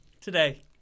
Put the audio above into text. today